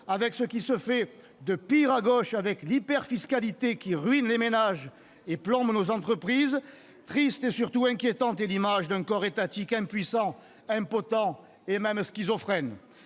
avec ce qui se fait de pire à gauche, avec l'hyper-fiscalité qui ruine les ménages et plombe nos entreprises, triste et surtout inquiétante est l'image d'un corps étatique impuissant, impotent et même schizophrène